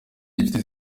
inshuti